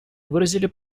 выразили